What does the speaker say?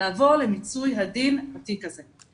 לבוא למיצוי הדין בתיק הזה'.